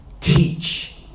teach